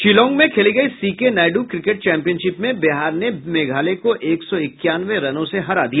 शिलांग में खेली गयी सीके नायडू क्रिकेट चैंपियनशिप में बिहार ने मेघालय को एक सौ इक्यानवे रनों से हरा दिया